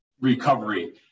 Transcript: recovery